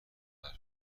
حرف